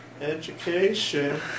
education